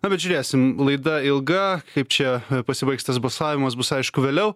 na bet žiūrėsim laida ilga kaip čia pasibaigs tas balsavimas bus aišku vėliau